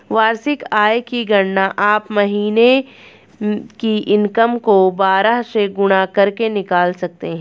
वार्षिक आय की गणना आप महीने की इनकम को बारह से गुणा करके निकाल सकते है